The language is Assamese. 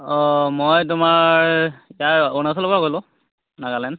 অঁ মই তোমাৰ ইয়াৰ অৰুণাচলৰ পৰা ক'লো নাগালেণ্ড